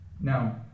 Now